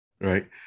right